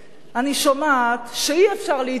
אני שומעת שאי-אפשר להתקדם,